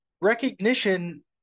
recognition